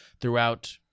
throughout